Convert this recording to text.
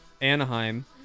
Anaheim